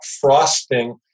frosting